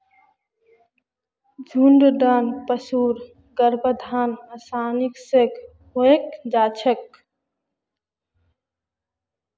झुण्डत पशुर गर्भाधान आसानी स हई जा छेक